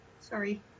sorry